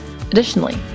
Additionally